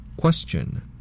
Question